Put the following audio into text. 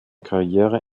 karriere